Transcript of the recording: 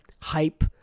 hype